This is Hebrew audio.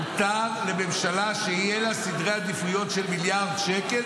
מותר לממשלה שיהיו לה סדרי עדיפויות של מיליארד שקל,